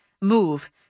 move